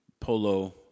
polo